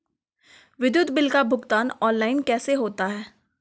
विद्युत बिल का भुगतान ऑनलाइन कैसे होता है?